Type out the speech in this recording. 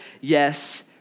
yes